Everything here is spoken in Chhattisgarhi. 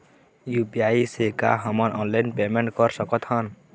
यू.पी.आई से का हमन ऑनलाइन पेमेंट कर सकत हन?